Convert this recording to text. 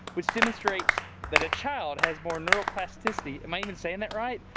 which demonstrates that a child has more neural plasticity, am i even saying that right?